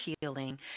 healing